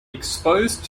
exposed